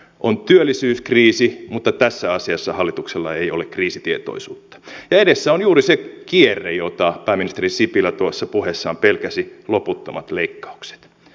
on työllisyyskriisi mutta tässä asiassa hallituksella ei ole kriisitietoisuutta ja edessä on juuri se kierre jota pääministeri sipilä puheessaan pelkäsi loputtomat leikkaukset